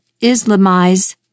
Islamize